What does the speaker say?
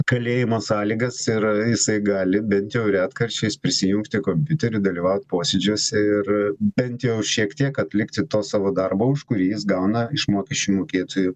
kalėjimo sąlygas ir jisai gali bent jau retkarčiais prisijungti kompiuteriu dalyvaut posėdžiuose ir bent jau šiek tiek atlikti to savo darbo už kurį jis gauna iš mokesčių mokėtojų